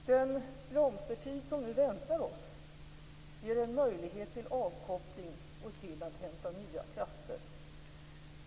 Den blomstertid som nu väntar oss ger en möjlighet till avkoppling och till att hämta nya krafter.